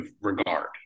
regard